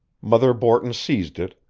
mother borton seized it,